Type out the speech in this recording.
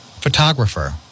photographer